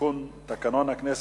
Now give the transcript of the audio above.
והביטחון בדבר הסרה